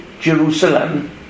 Jerusalem